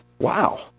Wow